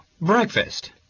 Breakfast